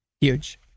Huge